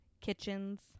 kitchens